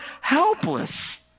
helpless